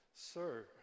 Sir